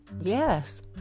yes